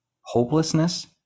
hopelessness